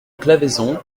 claveyson